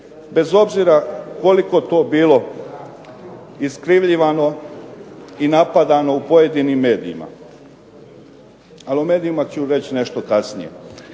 bez obzira koliko to bilo iskrivljivano i napadano u pojedinim medijima, ali o medijima ću reći nešto kasnije.